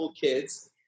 kids